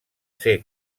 ser